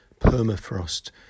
Permafrost